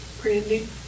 brandy